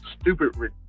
stupid